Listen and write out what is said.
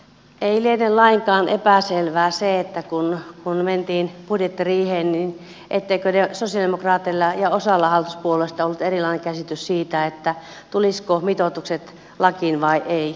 ei liene lainkaan epäselvää kun mentiin budjettiriiheen etteikö sosialidemokraateilla ja osalla hallituspuolueista ollut erilainen käsitys siitä tulisivatko mitoitukset lakiin vai eivät